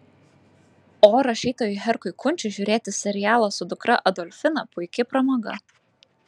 o rašytojui herkui kunčiui žiūrėti serialą su dukra adolfina puiki pramoga